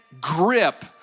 grip